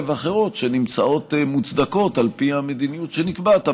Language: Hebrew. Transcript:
ואחרות שנמצאות מוצדקות על פי המדיניות שנקבעת,